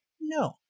No